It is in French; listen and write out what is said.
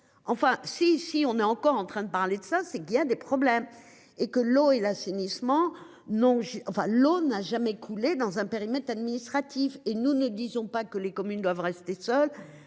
Enfin si si on est encore en train de parler de ça c'est qu'il y a des problèmes et que l'eau et l'assainissement. Non, enfin l'eau n'a jamais coulé dans un périmètre administratif et nous ne disons pas que les communes doivent rester.